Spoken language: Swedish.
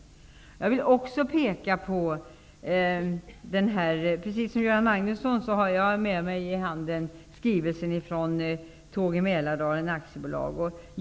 Precis som Göran Magnusson har jag med mig i handen skrivelsen från Tåg i Mälardalen Aktiebolag.